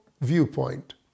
viewpoint